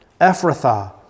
Ephrathah